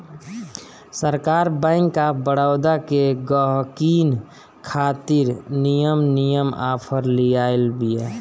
सरकार bank of Baroda के गहकिन खातिर निमन निमन आफर लियाइल बिया